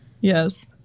Yes